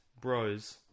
Bros